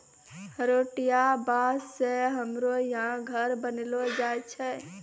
हरोठिया बाँस से हमरो यहा घर बनैलो जाय छै